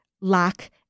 lack